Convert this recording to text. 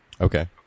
okay